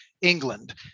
England